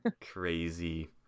crazy